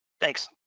Thanks